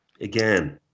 again